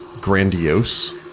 grandiose